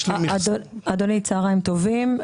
אדוני, צוהריים טובים.